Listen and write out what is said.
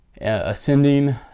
ascending